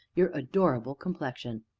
your adorable complexion!